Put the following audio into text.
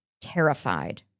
terrified